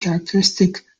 characteristic